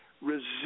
resist